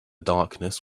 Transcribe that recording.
darkness